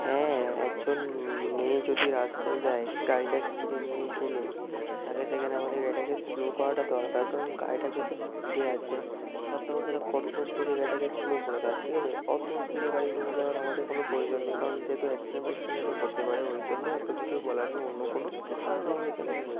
হ্যাঁ একজন মেয়ে যদি রাস্তায় যায় গাড়িটা স্পিডে নিয়ে গেলে তাকে সেখানে আমাদের গাড়িটাকে স্লো করাটা দরকার কারণ গাড়িটা যেহেতু স্পিডে আছে তার তখন সেটা কর্তব্য যে গাড়িটাকে স্লো করে দেওয়ার ঠিক আছে অত স্পিডে গাড়ি নিয়ে যাওয়ার আমাদের কোনো প্রয়োজন নেই কারণ যেহেতু অ্যাক্সিডেন্ট ফ্যাক্সিডেন্ট আরে হতে পারে ওই জন্য এত কিছু বলা আর কি অন্য কোনো কিছু কারণ আমাদের এখানে নেই